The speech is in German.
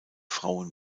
frauen